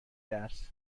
درس